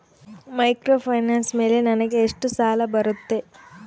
Microfinance ಮೇಲೆ ನನಗೆ ಎಷ್ಟು ಸಾಲ ಬರುತ್ತೆ?